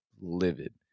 livid